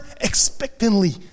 expectantly